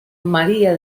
maría